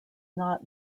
not